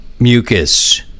Mucus